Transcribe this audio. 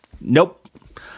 Nope